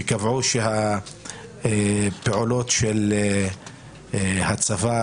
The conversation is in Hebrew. שקבעה שהפעולות של הצבא,